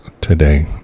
today